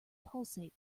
pulsate